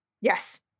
Yes